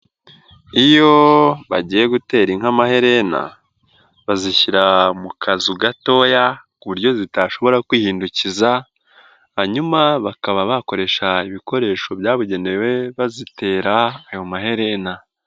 Iyo bagiye gutera inka amaherena, bazishyira mu kazu gatoya ku buryo zitashobora kwihindukiza, hanyuma bakaba bakoresha ibikoresho byabugenewe bazitera ayo maherena.